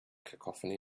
cacophony